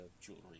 jewelry